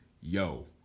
yo